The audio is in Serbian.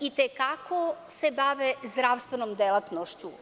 i te kako se bave zdravstvenom delatnošću.